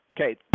Okay